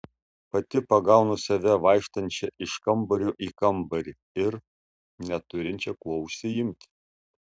pati pagaunu save vaikštančią iš kambario į kambarį ir neturinčią kuo užsiimti